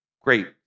great